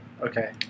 Okay